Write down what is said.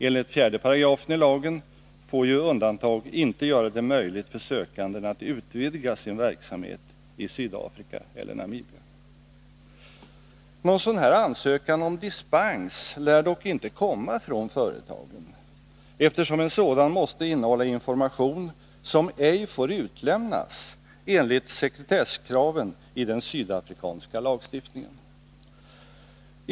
Enligt 4 §ilagen får undantag ”inte göra det möjligt för sökanden att utvidga sin verksamhet i Sydafrika eller Namibia”. Någon ansökan om dispens lär dock inte komma från företagen, eftersom en sådan måste innehålla information som ej får utlämnas enligt sekretesskraven i den sydafrikanska lagstiftningen.